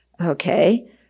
okay